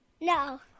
No